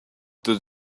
does